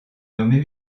nommé